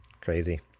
Crazy